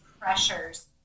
pressures